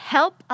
Help